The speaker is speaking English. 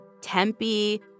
Tempe